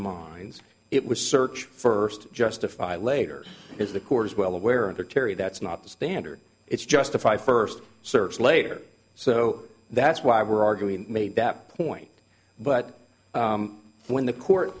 minds it was search first justify later is the corps well aware of their terry that's not the standard it's justify first serves later so that's why we're arguing made that point but when the court